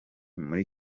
muri